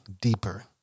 deeper